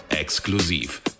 exklusiv